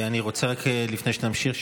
לפני שנמשיך,